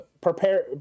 prepare